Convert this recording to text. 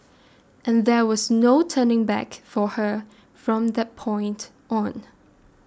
and there was no turning back for her from that point on